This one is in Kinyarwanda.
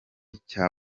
cya